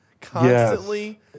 constantly